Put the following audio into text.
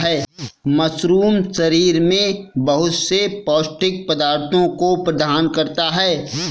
mushroom शरीर में बहुत से पौष्टिक पदार्थों को प्रदान करता है